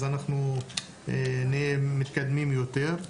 אז אנחנו נתקדם יותר.